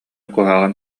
куһаҕана